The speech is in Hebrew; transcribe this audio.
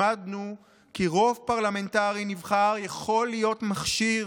למדנו כי רוב פרלמנטרי נבחר יכול להיות מכשיר